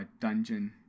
Dungeon